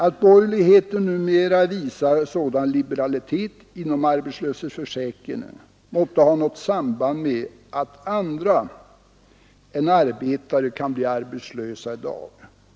Att borgerligheten numera visar sådan liberalitet inom arbetslöshetsförsäkringen, måtte ha något samband med att andra än arbetare i dag kan bli arbetslösa.